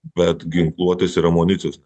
bet ginkluotės ir amunicijos